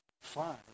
fine